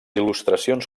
il·lustracions